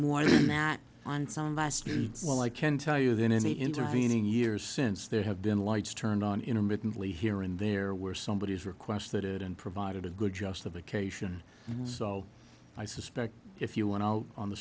last well i can tell you that in the intervening years since there have been lights turned on intermittently here and there where somebody has requested and provided a good justification so i suspect if you went out on the